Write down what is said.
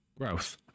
growth